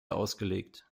ausgelegt